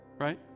Right